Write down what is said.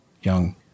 young